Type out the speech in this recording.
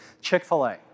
Chick-fil-A